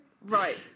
Right